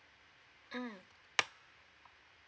mm